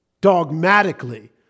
dogmatically